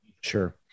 Sure